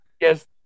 Yes